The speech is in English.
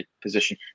position